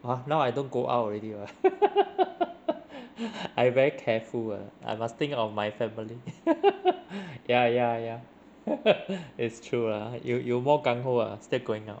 !huh! now I don't go out already [what] I very careful uh I must think of my family ya ya ya it's true lah you you more gung-ho uh still going now